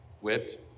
whipped